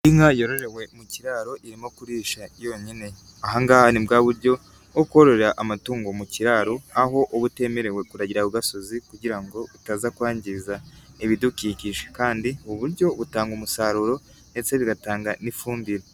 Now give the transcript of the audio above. Inka yororewe mu kiraro irimo kurisha yonyine. Ahangaha ni bwa buryo bwo kororera amatungo mu kiraro, aho uba utemerewe kuragira ku gasozi kugira ngo utaza kwangiza ibidukikije. Kandi ubu buryo butanga umusaruro ndetse bigatanga n'ifumbire.